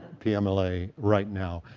pmla right now,